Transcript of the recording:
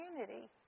community